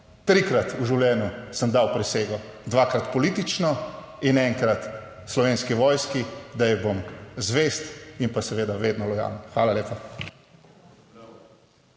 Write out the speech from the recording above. Trikrat v življenju sem dal prisego, dvakrat politično in enkrat Slovenski vojski, da ji bom zvest in pa seveda vedno lojalen. Hvala lepa.